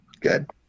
Good